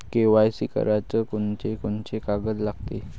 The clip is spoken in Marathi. के.वाय.सी कराच कोनचे कोनचे कागद लागते?